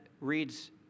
reads